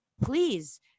Please